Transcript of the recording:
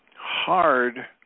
hard